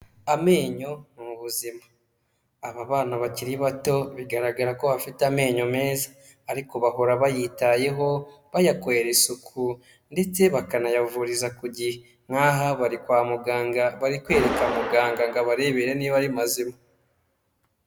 Amenyo ni ubuzima, aba bana bakiri bato bigaragara ko bafite amenyo meza, ariko bahora bayitayeho bayakorera isuku ndetse bakanayavuriza ku gihe, nk'aha bari kwa muganga bari kwereka muganga ngo abarebere niba ari mazima.